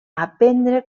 aprendre